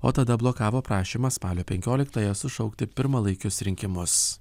o tada blokavo prašymą spalio penkioliktąją sušaukti pirmalaikius rinkimus